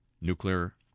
Nuclear